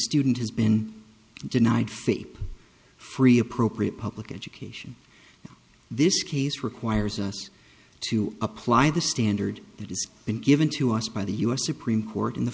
student has been denied faith free appropriate public education this case requires us to apply the standard that is been given to us by the us supreme court in the